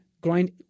grind